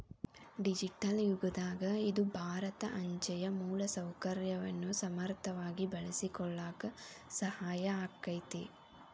digital ಯುಗದಾಗ ಇದು ಭಾರತ ಅಂಚೆಯ ಮೂಲಸೌಕರ್ಯವನ್ನ ಸಮರ್ಥವಾಗಿ ಬಳಸಿಕೊಳ್ಳಾಕ ಸಹಾಯ ಆಕ್ಕೆತಿ